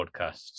podcasts